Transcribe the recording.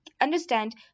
understand